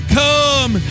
come